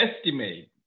estimate